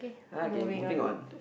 okay moving on